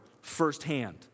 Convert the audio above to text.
firsthand